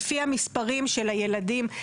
לפי המספרים של הילדים.